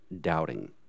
doubting